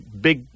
big